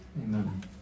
Amen